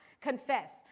confess